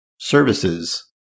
services